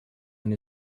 and